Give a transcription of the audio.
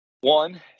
one